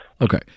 Okay